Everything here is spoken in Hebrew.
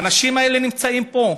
האנשים האלה נמצאים פה.